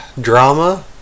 drama